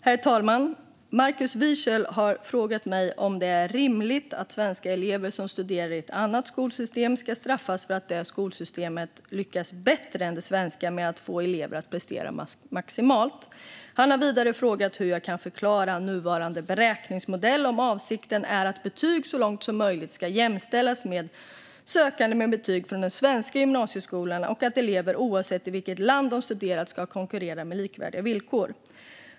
Herr talman! Markus Wiechel har frågat mig om det är rimligt att svenska elever som studerar i ett annat skolsystem ska straffas för att det skolsystemet lyckas bättre än det svenska med att få elever att prestera maximalt. Han har vidare frågat hur jag kan förklara nuvarande beräkningsmodell om avsikten är att utländska gymnasiebetyg så långt som möjligt ska jämställas med betyg från den svenska gymnasieskolan och att elever oavsett i vilket land de studerat ska konkurrera på likvärdiga villkor.